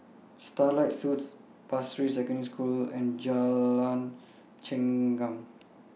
Starlight Suites Pasir Ris Secondary School and Jalan Chengam